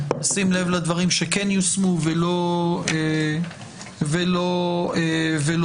לשים לב לדברים שכן יושמו ולא יושמו.